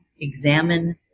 examine